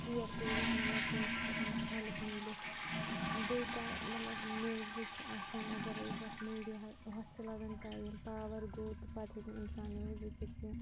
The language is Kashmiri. شیر کٔرِتھ مطلب تٔمِس چھِ ہٮ۪کن ہیٚلٕپ میٖلِتھ بیٚیہِ تہٕ مطلب نِوزٕ چھِ آسان اَگَرَے ہۄتھ میٖڈیاہَس ہۄتھ چھِ لَگان ٹایِم پاوَر گوٚو تہٕ پَتہٕ ہیٚکہِ نہٕ اِنسان نِوٕز وٕچھِتھ کینٛہہ